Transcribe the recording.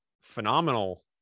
phenomenal